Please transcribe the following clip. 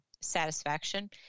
satisfaction